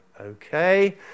Okay